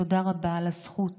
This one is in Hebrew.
תודה רבה על הזכות